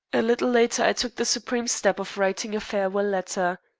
a little later, i took the supreme step of writing a farewell letter.